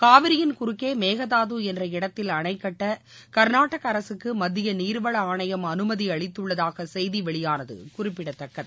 காவிரியின் குறுக்கே மேகதாது என்ற இடத்தில் அணை கட்ட கர்நாடக அரசுக்கு மத்திய நீர்வள ஆணையம் அனுமதி அளித்துள்ளதாக செய்தி வெளியானது குறிப்பிடத்தக்கது